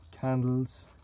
candles